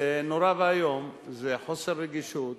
זה נורא ואיום, זה חוסר רגישות,